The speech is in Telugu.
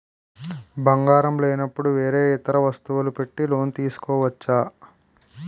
బంగారం లేనపుడు వేరే ఇతర వస్తువులు పెట్టి లోన్ తీసుకోవచ్చా?